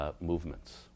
movements